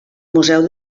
museu